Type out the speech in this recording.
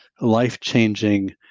life-changing